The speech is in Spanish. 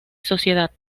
sociedad